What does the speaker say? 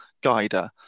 guider